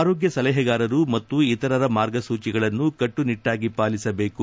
ಆರೋಗ್ಯ ಸಲಹೆಗಾರರು ಮತ್ತು ಇತರರ ಮಾರ್ಗಸೂಚಿಗಳನ್ನು ಕಟ್ಟುನಿಟ್ಟಾಗಿ ಪಾಲಿಸಬೇಕು